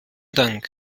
dank